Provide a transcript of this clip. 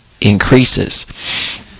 increases